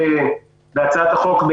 גם בהצעות דחופות,